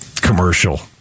commercial